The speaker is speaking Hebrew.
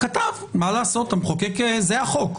כתב, מה לעשות, זה החוק.